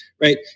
right